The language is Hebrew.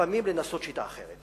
ולפעמים לנסות שיטה אחרת.